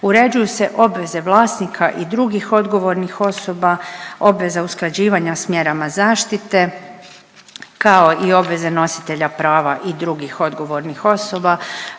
Uređuju se obveze vlasnika i drugih odgovornih osoba, obveza usklađivanja s mjerama zaštite, kao i obveze nositelja prava i drugih odgovornih osoba.